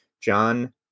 John